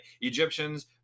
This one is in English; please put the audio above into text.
Egyptians